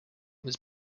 was